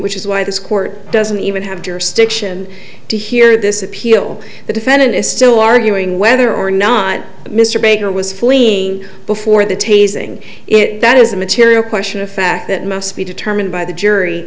which is why this court doesn't even have jurisdiction to hear this appeal the defendant is still arguing whether or not mr baker was fleeing before the tasing it that is a material question a fact that must be determined by the jury